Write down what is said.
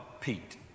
Pete